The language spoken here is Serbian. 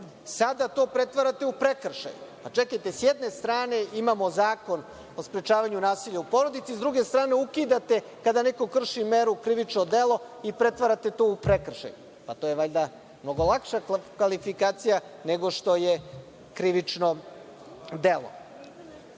Sada to pretvarate u prekršaj. Čekajte, s jedne strane imamo Zakon o sprečavanju nasilja u porodice, s druge strane ukidate kada neko krši meru krivično delo i pretvarate to u prekršaj. Pa to je valjda mnogo lakša kvalifikacija nego što je krivično delo. Ni